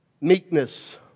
Meekness